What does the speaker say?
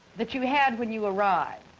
that you had when you arrived,